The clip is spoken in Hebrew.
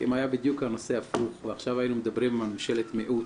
אם היה בדיוק נושא הפוך והיינו מדברים עכשיו על ממשלת מיעוט.